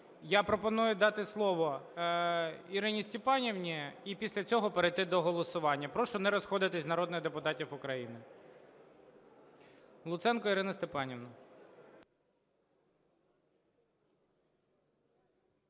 я пропоную дати слово Ірині Степанівні і після цього перейти до голосування. Прошу не розходитися народних депутатів України. Луценко Ірина Степанівна.